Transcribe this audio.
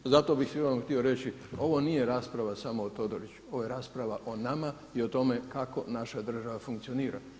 Pa zato bih svima vam htio reći, ovo nije rasprava samo o Todoriću, ovo je rasprava o nama i o tome kako naša država funkcionira.